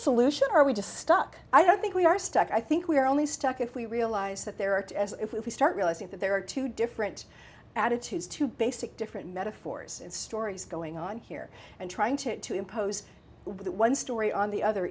solution or are we just stuck i don't think we are stuck i think we are only stuck if we realize that there are if we start realizing that there are two different attitudes two basic different metaphors stories going on here and trying to impose one story on the other